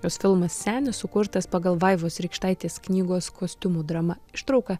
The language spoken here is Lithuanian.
jos filmas senis sukurtas pagal vaivos rykštaitės knygos kostiumų drama ištrauką